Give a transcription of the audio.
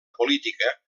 política